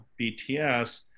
BTS